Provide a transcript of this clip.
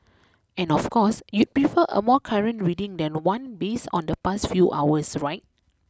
and of course you'd prefer a more current reading than one based on the past few hours right